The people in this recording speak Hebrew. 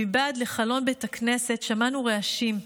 מבעד לחלון בית הכנסת שמענו רעשים.